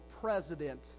president